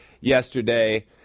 yesterday